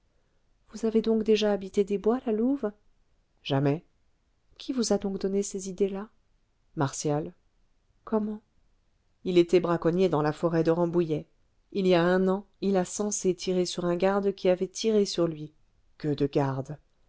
vous avez donc déjà habité des bois la louve jamais qui vous a donc donné ces idées-là martial comment il était braconnier dans la forêt de rambouillet il y a un an il a censé tirer sur un garde qui avait tiré sur lui gueux de garde